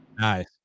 Nice